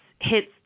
hits